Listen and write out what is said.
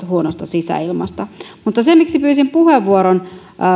huonosta sisäilmasta mutta se miksi pyysin puheenvuoron